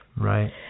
Right